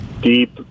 deep